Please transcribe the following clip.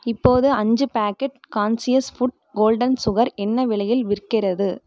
இப்போது அஞ்சு packet conscious food golden sugar என்ன விலையில் விற்கிறது